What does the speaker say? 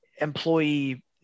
employee